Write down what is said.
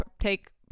take